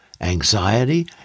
anxiety